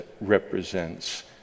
represents